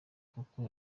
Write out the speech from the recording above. kuko